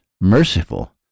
merciful